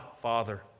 Father